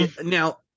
Now